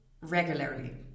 regularly